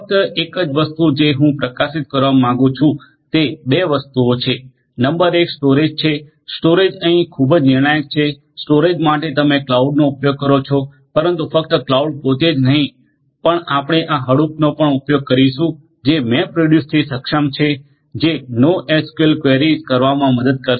ફક્ત એક જ વસ્તુ જે હું પ્રકાશિત કરવા માંગુ છું તે 2 વસ્તુઓ છે નંબર 1 સ્ટોરેજ છે સ્ટોરેજ અહીં ખૂબ જ નિર્ણાયક છે સ્ટોરેજ માટે તમે ક્લાઉડનો ઉપયોગ કરો છો પરંતુ ફક્ત ક્લાઉડ પોતે જ નહીં પણ આપણે આ હડુપનો પણ ઉપયોગ કરીશું જે મેપરેડ્યુસથી સક્ષમ છે જે નોએસક્યુએલ ક્વેરીઝ કરવામાં મદદ કરશે